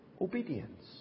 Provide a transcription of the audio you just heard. obedience